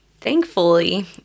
Thankfully